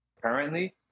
currently